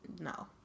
no